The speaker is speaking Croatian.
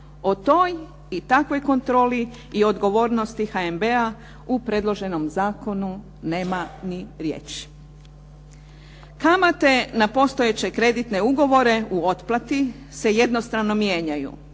O toj i takvoj kontroli i odgovornosti HNB-a u predloženom zakonu nema ni riječi. Kamate na postojeće kreditne ugovore u otplati se jednostrano mijenjaju,